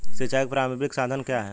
सिंचाई का प्रारंभिक साधन क्या है?